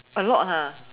a lot ah